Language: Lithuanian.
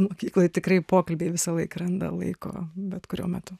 mokykloj tikrai pokalbiai visąlaik randa laiko bet kuriuo metu